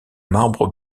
marbre